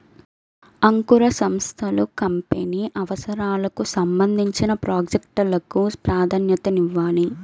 అంకుర సంస్థలు కంపెనీ అవసరాలకు సంబంధించిన ప్రాజెక్ట్ లకు ప్రాధాన్యతనివ్వాలి